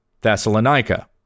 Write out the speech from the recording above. Thessalonica